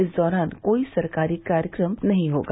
इस दौरान कोई सरकारी कार्यक्रम नहीं होगा